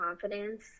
confidence